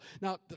Now